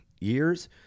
years